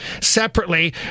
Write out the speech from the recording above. separately